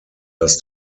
das